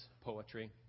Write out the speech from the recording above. poetry